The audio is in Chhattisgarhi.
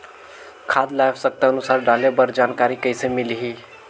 खाद ल आवश्यकता अनुसार डाले बर जानकारी कइसे मिलही?